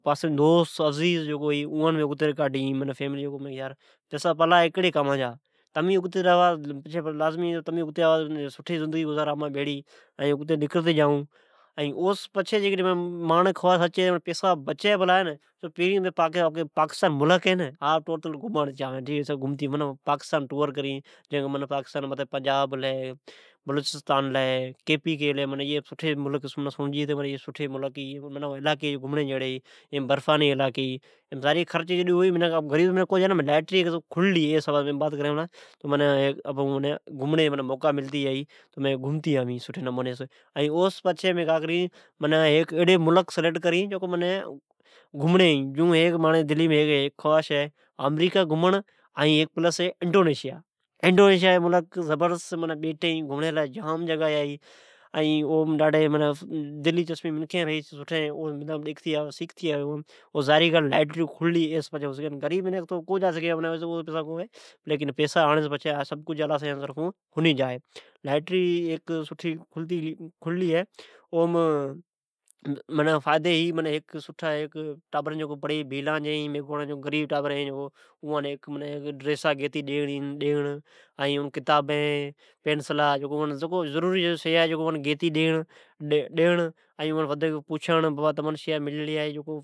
پاسیم دوست، عزیز ھی اوان مین اگتی کاڈھین، پئسا پلا ہے کیڑی کاما جا۔ تمین اگتی آوا، امان بھیڑی سٹھی زندگی گزارا۔ اگتی نکرتی جائون۔ ائین او سون پچھی مانجی خوائش ھا ہے۔ جیکڈھن پئشی بچی لی تو سجی پاکستانا جا ٹوئر کرین۔ آپکا ملک پاکستان گھمڑ چاھوین۔ پاکستانام جی جکو مین مین علائقی ھی جیون پنجان، بلوچستان ہے، کی پی کی ہے۔ زاھری بات ھی غریب منکھ کو جا سگھی۔ پر مانجی لائتری کھلی تو منین گھمڑین ہے۔ منین ملک گھمنڑ ی ھی اوان جی لسٹ ٹیھوڑی ہے۔ مانجی خواھش ہے آمریکا گھمڑ، انڈونیشیا جین بیٹین گھمڑ۔ اٹھو زبردشت، سٹھین منکھین ریئی چھی، گھمڑیم منان سٹھا وڈھک سئکھے۔ غریب آپان جیڑی منکھ تو کو جا سگھی پر جڈ اللہ سائین جی طرفان لائٹریکھلیلی جا ہے تو سب کجھ ھنی جا ہے۔ لائٹری منان کھللی ہے۔ اویم غریبان جی ٹابران، اوڈان، بھیلان، میگواڑان جی ٹابران ڈریسا گیتی ڈیڑ۔ اوان پینسل، کتابین اوان جیا جکو ضروری شیا ھی اوا گیتی ڈیڑ۔ تمان شیا ء ملیا ھی جکو،